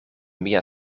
mia